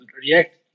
React